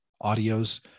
audio's